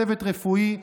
צוות רפואי,